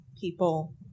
people